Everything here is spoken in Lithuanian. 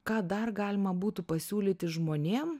ką dar galima būtų pasiūlyti žmonėm